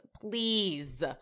please